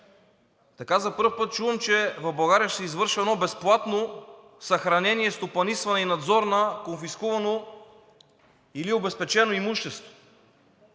Така за пръв път чувам, че в България ще се извършва едно безплатно съхранение, стопанисване и надзор на конфискувано или обезпечено имущество.